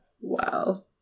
Wow